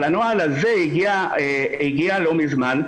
אבל הנוהל הזה הגיע לא מזמן,